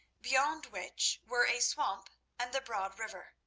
beyond which were a swamp and the broad river.